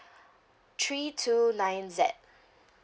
three two nine Z